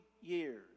years